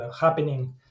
happening